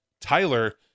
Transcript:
Tyler